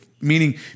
meaning